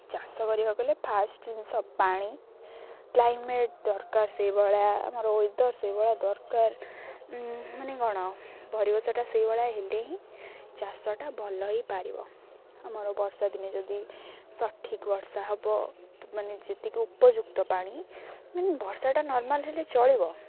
ଚାଷ କରିବାକୁ ହେଲେ ଫାଷ୍ଟ୍ ଜିନିଷ ପାଣି କ୍ଲାଇମେଟ୍ ଦରକାର ସେହିଭଳିଆ ଆମର ୱେଦର୍ ସେହିଭଳିଆ ଦରକାର ମାନେ କ'ଣ ପରିବେଶଟା ସେହିଭଳିଆ ହେଲେ ହିଁ ଚାଷଟା ଭଲ ହୋଇପାରିବ ଆମର ବର୍ଷା ଦିନେ ଯଦି ସଠିକ୍ ବର୍ଷା ହେବ ମାନେ ଯେତିକି ଉପଯୁକ୍ତ ପାଣି ମାନେ ବର୍ଷାଟା ନର୍ମାଲ୍ ହେଲେ ଚଳିବ